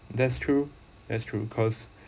that's true that's true cause